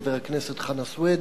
חבר הכנסת חנא סוייד,